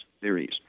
theories